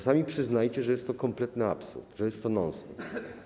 Sami przyznajcie, że jest to kompletny absurd, że jest to nonsens.